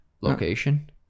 location